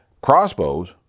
Crossbows